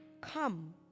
come